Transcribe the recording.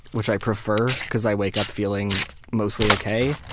which i prefer, because i wake up feeling mostly okay,